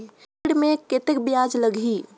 ऋण मे कतेक ब्याज लगही?